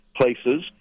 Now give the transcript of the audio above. places